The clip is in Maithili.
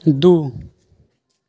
दू